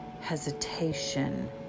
hesitation